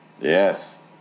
yes